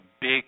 big